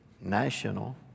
national